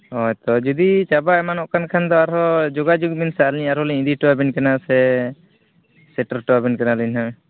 ᱦᱳᱭᱛᱳ ᱡᱩᱫᱤ ᱪᱟᱵᱟ ᱮᱢᱟᱱᱚᱜ ᱠᱟᱱ ᱠᱷᱟᱱ ᱫᱚ ᱟᱨᱦᱚᱸ ᱡᱳᱜᱟᱜᱳᱜᱽ ᱵᱤᱱ ᱥᱮ ᱟᱹᱞᱤᱧ ᱟᱨᱦᱚᱸ ᱞᱤᱧ ᱤᱫᱤ ᱦᱚᱴᱚᱣᱟᱵᱤᱱ ᱠᱟᱱᱟ ᱥᱮ ᱥᱮᱴᱮᱨ ᱦᱚᱴᱚᱣᱟᱵᱤᱱ ᱠᱟᱱᱟᱞᱤᱧ ᱱᱟᱜ